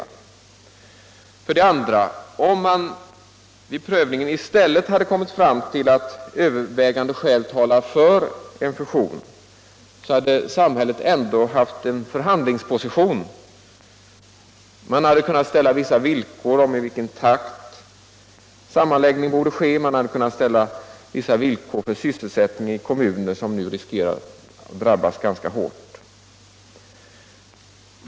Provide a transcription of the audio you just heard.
Om man för det andra vid prövningen i stället hade kommit fram till att övervägande skäl talar för en fusion, hade samhället ändå haft en förhandlingsposition. Man hade kunnat ställa villkor för i vilken takt sammanläggningen borde ske och för sysselsättningen i de kommuner som nu riskerar att drabbas ganska hårt.